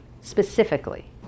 specifically